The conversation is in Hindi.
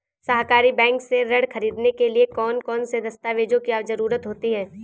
सहकारी बैंक से ऋण ख़रीदने के लिए कौन कौन से दस्तावेजों की ज़रुरत होती है?